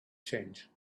change